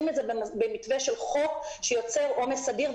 את זה במתווה של חוק שיוצר עומס אדיר.